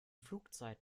flugzeit